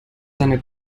deine